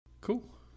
Cool